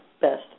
best